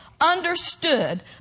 understood